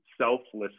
selflessly